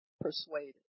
persuaded